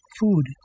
food